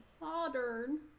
Modern